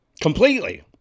completely